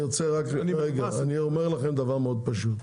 אני רוצה רק רגע אני אומר לכם דבר מאוד פשוט,